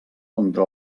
contra